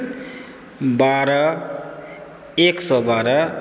बारह एक सए बारह